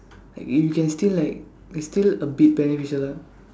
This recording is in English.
like you can still like it's still a bit beneficial lah